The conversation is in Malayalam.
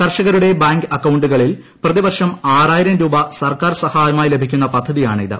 കർഷകരുടെ ബാങ്ക് അക്കൌണ്ടുകളിൽ പ്രതിവർഷം ആറായിരം രൂപ സർക്കാർ സഹായമായി ലഭിക്കുന്ന പദ്ധതിയാണിത്